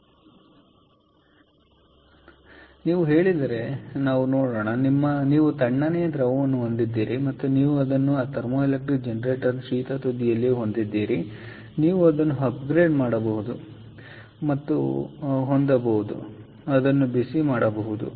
ಆದ್ದರಿಂದ ನೀವು ಹೇಳಿದರೆ ನಮಗೆ ನೋಡೋಣ ನೀವು ತಣ್ಣನೆಯ ದ್ರವವನ್ನು ಹೊಂದಿದ್ದೀರಿ ಮತ್ತು ನೀವು ಅದನ್ನು ಥರ್ಮೋಎಲೆಕ್ಟ್ರಿಕ್ ಜನರೇಟರ್ನ ಶೀತ ತುದಿಯಲ್ಲಿ ಹೊಂದಿದ್ದೀರಿ ಮತ್ತು ನೀವು ಹೊಂದಿರುವ ಬಿಸಿಯಾದ ತುದಿಯಲ್ಲಿ ನೀವು ಹೊಂದಿದ್ದೀರಿ ನೀವು ಅದನ್ನು ಅಪ್ಗ್ರೇಡ್ ಮಾಡಬಹುದು ಮತ್ತು ಹೊಂದಬಹುದು ಮತ್ತು ಅದನ್ನು ಬಿಸಿ ಮಾಡಬಹುದು